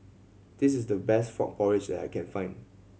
this is the best frog porridge that I can find